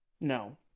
No